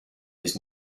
his